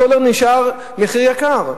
הסולר נשאר יקר.